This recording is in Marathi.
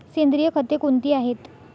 सेंद्रिय खते कोणती आहेत?